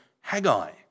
Haggai